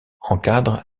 encadrent